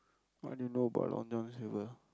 what do you know about Long-John-Silvers